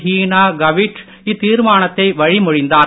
ஹீனா கேவிட் இத்தீர்மானத்தை வழிமொழிந்தார்